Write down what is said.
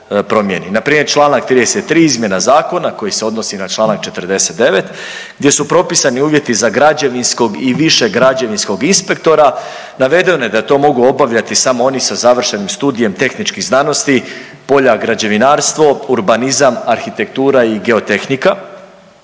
Npr. čl. 33. izmjena zakona koji se odnosi na čl. 49. gdje su propisani uvjeti za građevinskog i višeg građevinskog inspektora navedeno je da to mogu obavljati samo oni sa završenim studijem tehničkih znanosti, polja, građevinarstvo, urbanizam, arhitektura i geotehnika.